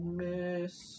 miss